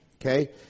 Okay